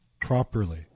properly